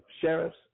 sheriffs